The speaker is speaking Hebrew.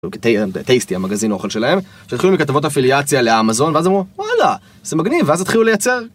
טייסטי המגזין האוכל שלהם, שהתחילו מכתבות אפיליאציה לאמזון ואז הם אמרו וואלה, זה מגניב ואז התחילו לייצר